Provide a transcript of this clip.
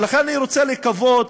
לכן אני רוצה לקוות